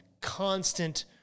constant